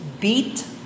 beat